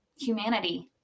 humanity